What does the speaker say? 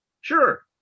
Sure